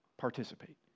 participate